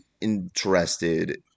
interested